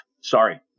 sorry